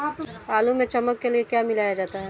आलू में चमक के लिए क्या मिलाया जाता है?